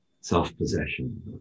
self-possession